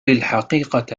الحقيقة